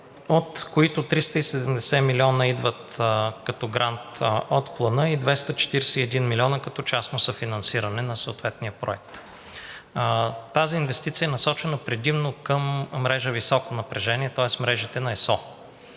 от които 370 милиона идват като грант от Плана и 241 милиона като частно съфинансиране на съответния проект. Тази инвестиция е насочена предимно към мрежа „високо напрежение“, тоест мрежата на ЕСО.